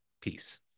Peace